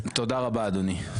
טוב, תודה רבה, אדוני.